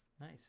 Nice